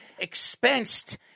expensed